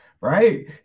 right